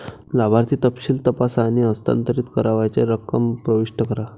लाभार्थी तपशील तपासा आणि हस्तांतरित करावयाची रक्कम प्रविष्ट करा